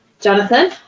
Jonathan